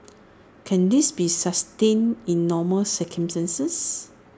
can this be sustained in normal circumstances